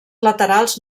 laterals